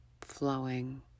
flowing